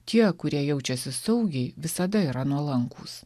tie kurie jaučiasi saugiai visada yra nuolankūs